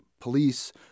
police